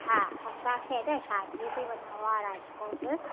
हा असांखे हेॾे शादीअ ते वञिणो आहे राजकोट